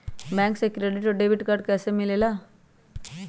Bank से credit और debit card कैसी मिलेला?